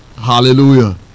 Hallelujah